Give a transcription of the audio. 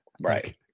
Right